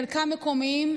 חלקם מקומיים,